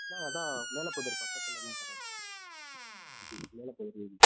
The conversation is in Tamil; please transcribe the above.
இல்லை அதான் மேலப்புதூர் பக்கத்தில் தான் கடை இருக்கு இது மேலப்புதூர் வீதி